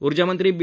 ऊर्जामंत्री बी